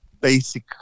basic